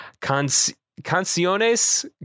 Canciones